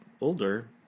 older